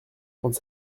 trente